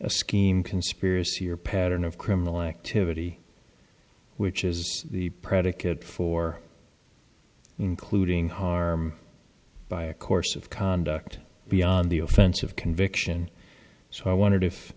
a scheme conspiracy or pattern of criminal activity which is the predicate for including harm by a course of conduct beyond the offense of conviction so i wondered if